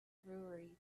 brewery